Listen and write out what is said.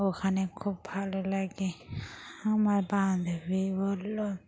ওখানে খুব ভালো লাগে আমার বান্ধবী বলল